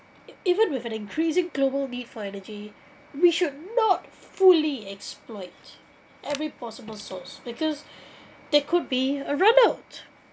even with an increasing global need for energy we should not fully exploit every possible source because there could be a run-out